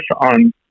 on